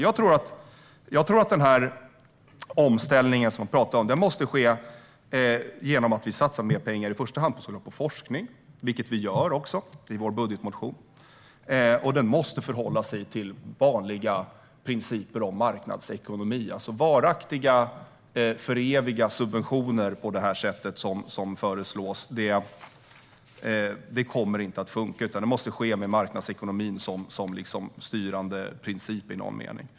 Jag tror att omställningen som vi talar om måste ske genom att vi satsar mer pengar på i första hand forskning - vilket vi sverigedemokrater också gör i vår budgetmotion - och håller oss till vanliga principer om marknadsekonomi. Att "föreviga" subventioner på det sätt som föreslås kommer inte att funka, utan omställningen måste ske med marknadsekonomin som styrande princip i någon mening.